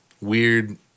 weird